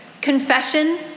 confession